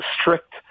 strict